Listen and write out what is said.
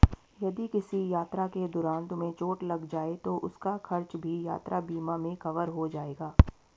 यदि किसी यात्रा के दौरान तुम्हें चोट लग जाए तो उसका खर्च भी यात्रा बीमा में कवर हो जाएगा